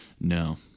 no